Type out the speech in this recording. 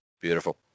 Beautiful